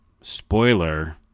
Spoiler